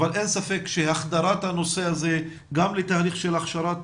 אבל אין ספק שהחדרת הנושא הזה גם לתהליך של הכשרת